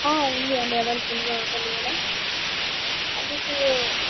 ఉంది అండి అవైలబుల్గా హోటల్ కూడా అది మీకు